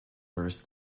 burst